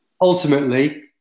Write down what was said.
ultimately